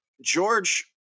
George